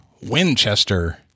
Winchester